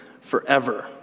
forever